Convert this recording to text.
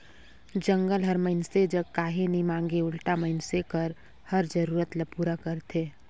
जंगल हर मइनसे जग काही नी मांगे उल्टा मइनसे कर हर जरूरत ल पूरा करथे